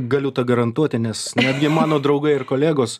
galiu tą garantuoti nes netgi mano draugai ir kolegos